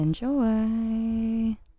Enjoy